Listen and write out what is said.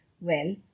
Well